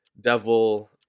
devil